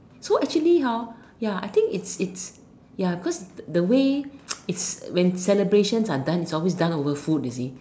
so actually ya I think it's it's ya cause the way it's when celebrations are done it's always done over food you see